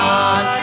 God